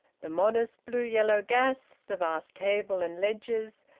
the modest blue-yellow gas, the vast table and ledgers,